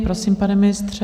Prosím, pane ministře.